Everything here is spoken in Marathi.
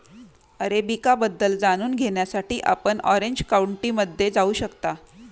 अरेबिका बद्दल जाणून घेण्यासाठी आपण ऑरेंज काउंटीमध्ये जाऊ शकता